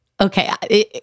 Okay